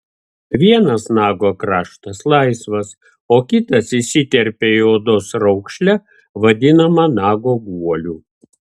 vienas nago kraštas laisvas o kitas įsiterpia į odos raukšlę vadinamą nago guoliu